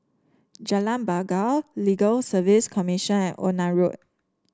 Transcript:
Jalan Bangau Legal Service Commission and Onan Road